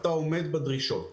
אתה עומד בדרישות.